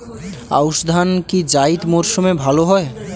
আউশ ধান কি জায়িদ মরসুমে ভালো হয়?